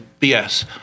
BS